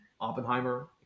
Oppenheimer